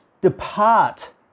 depart